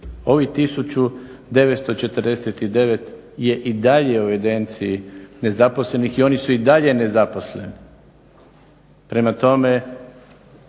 Ovih 1949 je i dalje u evidenciji nezaposlenih i oni su i dalje nezaposleni. Prema tome,